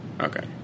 Okay